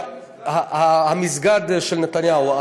המסגד של נתניהו.